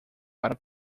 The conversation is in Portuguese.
para